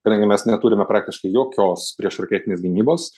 kadangi mes neturime praktiškai jokios priešraketinės gynybos